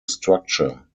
structure